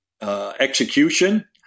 Execution